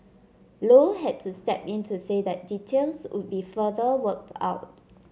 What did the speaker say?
low had to step in to say that details would be further worked out